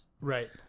Right